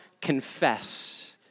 confess